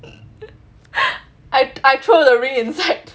I I throw the ring inside